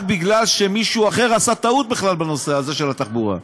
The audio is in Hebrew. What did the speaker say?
רק כי מישהו אחר עשה טעות בכלל בנושא הזה של התחבורה.